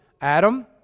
Adam